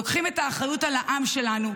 לוקחים את האחריות על העם שלנו,